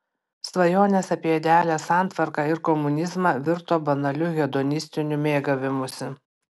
svajonės apie idealią santvarką ir komunizmą virto banaliu hedonistiniu mėgavimusi